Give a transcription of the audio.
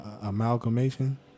amalgamation